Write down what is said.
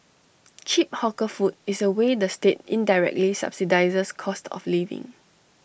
cheap hawker food is A way the state indirectly subsidises cost of living